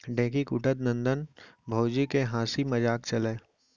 ढेंकी कूटत ननंद भउजी के हांसी मजाक चलय